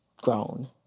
grown